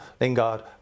Lingard